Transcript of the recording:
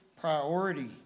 priority